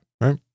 right